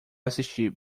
assistir